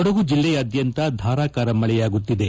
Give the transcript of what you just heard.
ಕೊಡಗು ಜಿಲ್ಲೆಯಾದ್ಯಂತ ಧಾರಾಕಾರ ಮಳೆಯಾಗುತ್ತಿದೆ